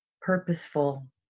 purposeful